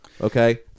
Okay